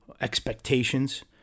expectations